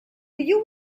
you